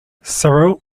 cyril